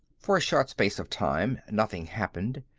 for a short space of time, nothing happened.